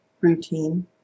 routine